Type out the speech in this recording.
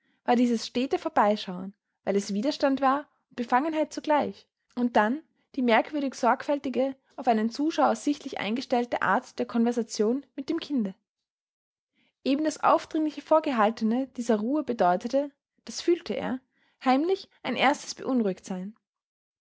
war dieses stete vorbeischauen weil es widerstand war und befangenheit zugleich und dann die merkwürdig sorgfältige auf einen zuschauer sichtlich eingestellte art der konversation mit dem kinde eben das aufdringlich vorgehaltene dieser ruhe bedeutete das fühlte er heimlich ein erstes